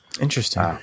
Interesting